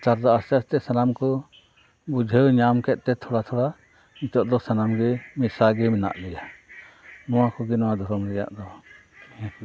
ᱱᱮᱛᱟᱨ ᱫᱚ ᱟᱥᱛᱮ ᱟᱥᱛᱮ ᱥᱟᱱᱟᱢ ᱠᱚ ᱵᱩᱡᱷᱟᱹᱣ ᱧᱟᱢ ᱠᱮᱫ ᱛᱮ ᱛᱷᱚᱲᱟ ᱛᱷᱚᱲᱟ ᱱᱤᱛᱚᱜ ᱫᱚ ᱥᱟᱱᱟᱢ ᱜᱮ ᱢᱮᱥᱟ ᱜᱮ ᱢᱮᱱᱟᱜ ᱞᱮᱭᱟ ᱱᱚᱣᱟ ᱠᱚᱜᱮ ᱱᱚᱣᱟ ᱫᱷᱚᱨᱚᱢ ᱨᱮᱭᱟᱜ ᱫᱚ ᱱᱤᱭᱟᱹ ᱠᱚᱜᱮ